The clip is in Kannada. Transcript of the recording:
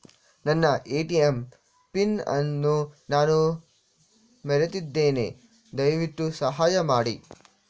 ನನ್ನ ಎ.ಟಿ.ಎಂ ಪಿನ್ ಅನ್ನು ನಾನು ಮರೆತಿದ್ದೇನೆ, ದಯವಿಟ್ಟು ಸಹಾಯ ಮಾಡಿ